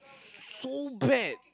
so bad